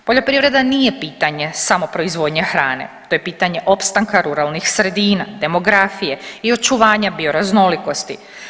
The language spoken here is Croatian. Poljoprivreda nije pitanje samo proizvodnje hrane to je pitanje opstanka ruralnih sredina, demografije i očuvanja bioraznolikosti.